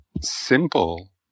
simple